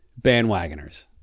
bandwagoners